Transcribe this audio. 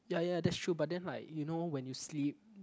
ya ya that's true but then like you know when you sleep